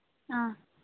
ꯑꯥ